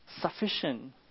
sufficient